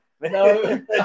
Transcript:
No